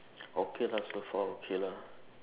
okay lah so far okay lah